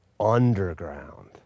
Underground